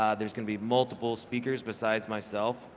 um there's gonna be multiple speakers besides myself.